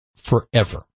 forever